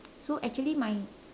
so actually my